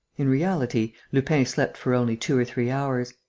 in reality, lupin slept for only two or three hours.